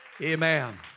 Amen